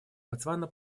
ботсвана